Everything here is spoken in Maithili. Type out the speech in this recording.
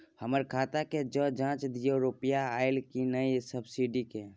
हमर खाता के ज जॉंच दियो रुपिया अइलै की नय सब्सिडी के?